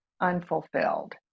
unfulfilled